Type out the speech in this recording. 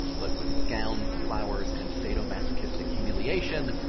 but with its gowns, flowers, and sadomasochistic humiliation,